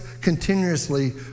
continuously